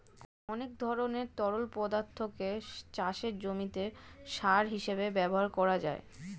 অনেক ধরনের তরল পদার্থকে চাষের জমিতে সার হিসেবে ব্যবহার করা যায়